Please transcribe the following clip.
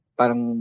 parang